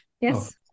Yes